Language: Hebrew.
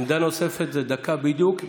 עמדה נוספה זה דקה בדיוק.